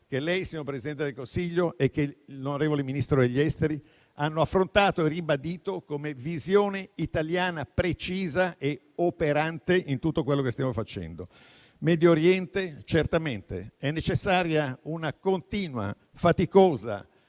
che lei, signora Presidente del Consiglio, e l'onorevole Ministro degli affari esteri avete affrontato e ribadito come visione italiana precisa e operante in tutto quello che stiamo facendo. Sul Medio Oriente è certamente necessaria una continua, faticosa,